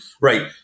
right